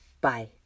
Bye